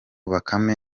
bakame